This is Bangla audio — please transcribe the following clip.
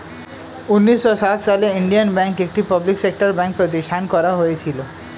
উন্নিশো সাত সালে ইন্ডিয়ান ব্যাঙ্ক, একটি পাবলিক সেক্টর ব্যাঙ্ক প্রতিষ্ঠান করা হয়েছিল